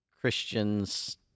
christians